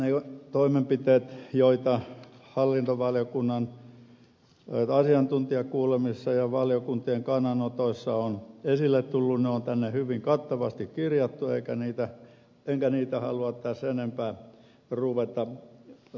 ne toimenpiteet joita hallintovaliokunnan asiantuntijakuulemisissa ja valiokuntien kannanotoissa on esille tullut on tänne hyvin kattavasti kirjattu enkä niitä halua tässä enempää ruveta pohdiskelemaan